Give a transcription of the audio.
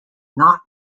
not